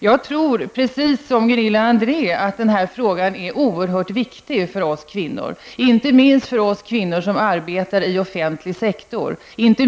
Jag tror, precis som Gunilla André, att den här frågan är oerhört viktig för oss kvinnor -- inte minst för oss kvinnor som arbetar inom offentlig sektor.